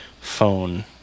phone